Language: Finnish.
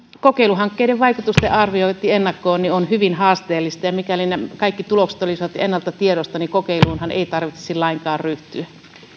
kokeiluhankkeiden vaikutusten arviointi ennakkoon on hyvin haasteellista ja mikäli ne kaikki tulokset olisivat ennalta tiedossa niin kokeiluunhan ei tarvitsisi lainkaan ryhtyä